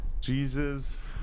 Jesus